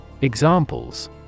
Examples